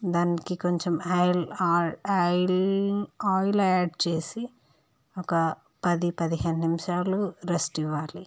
దానికి కొంచెం oil oil oil add చేసి ఒక పది పదిహేను నిమిషాలు రెస్ట్ ఇవ్వాలి